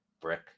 brick